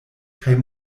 kaj